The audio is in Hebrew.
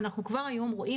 כבר היום אנחנו רואים